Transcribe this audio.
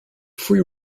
free